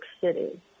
City